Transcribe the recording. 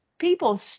People